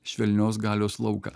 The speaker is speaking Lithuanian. švelnios galios lauką